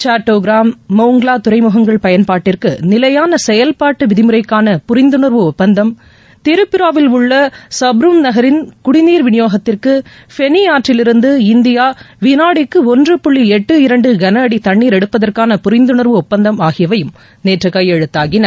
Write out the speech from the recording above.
சாட்டோகிராம் மோங்லா துறைமுகங்கள் பயன்பாட்டுக்கு நிலையாள செயல்பாட்டு விதிமுறைக்கான புரிந்துணர்வு ஒப்பந்தம் திரிபுராவில் உள்ள சாப்ரும் நகரின் குடிநீர் விநியோகத்திற்கு ஃபெளி ஆற்றிலிருந்து இந்தியா விநாடிக்கு ஒன்று புள்ளி எட்டு இரண்டு கனஅடி தண்ணீர் எடுப்பதற்கான புரிந்துணர்வு ஒப்பந்தம் ஆகியவையும் நேற்று கையெழுத்தாகின